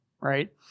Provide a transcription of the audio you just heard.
right